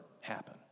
happen